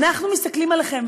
אנחנו מסתכלים עליכם,